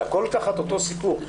הכול תחת אותו סיפור.